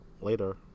later